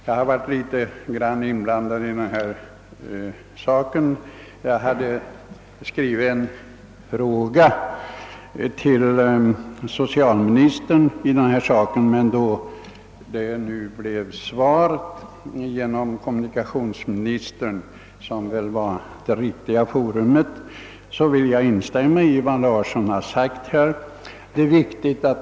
Jag har själv varit något inblandad i denna sak och har skrivit en fråga riktad till socialministern, men då kommunikationsministern nu har lämnat ett interpellationssvar i ärendet — han var väl också rätt forum i det fallet — vill jag som sagt här bara instämma i vad herr Larsson i Luttra sagt.